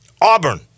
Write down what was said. Auburn